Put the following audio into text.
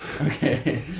okay